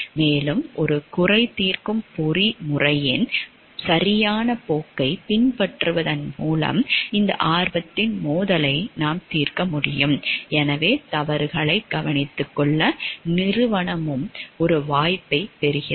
மேலும் ஒரு குறை தீர்க்கும் பொறிமுறையின் சரியான போக்கைப் பின்பற்றுவதன் மூலம் இந்த ஆர்வத்தின் மோதலை நாம் தீர்க்க முடியும் எனவே தவறுகளை கவனித்துக்கொள்ள நிறுவனமும் ஒரு வாய்ப்பைப் பெறுகிறது